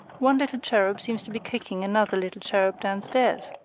one little cherub seems to be kicking another little cherub downstairs.